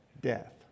death